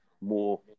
more